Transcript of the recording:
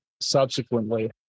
subsequently